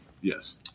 Yes